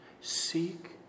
seek